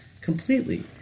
Completely